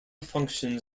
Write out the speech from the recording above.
functions